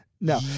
No